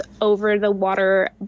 over-the-water